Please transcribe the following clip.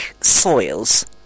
soils